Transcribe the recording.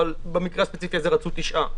אבל במקרה הספציפי הזה רצו תשעה חודשים.